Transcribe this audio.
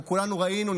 אנחנו כולנו ראינו,